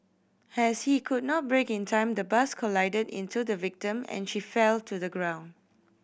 as he could not brake in time the bus collided into the victim and she fell to the ground